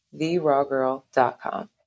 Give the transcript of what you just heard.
theRawgirl.com